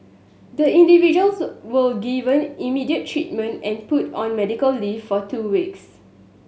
the individuals was given immediate treatment and put on medical leave for two weeks